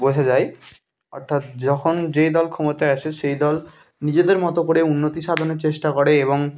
বোঝা যায় অর্থাৎ যখন যে দল ক্ষমতায় আসে সেই দল নিজেদের মতো করে উন্নতি সাধনের চেষ্টা করে এবং